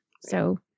So-